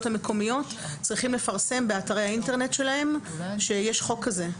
המקומיות צריכים לפרסם באתרי האינטרנט שלהם שיש חוק כזה.